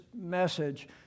message